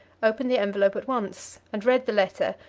opened the envelope at once and read the letter,